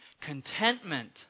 contentment